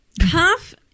half